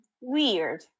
weird